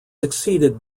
succeeded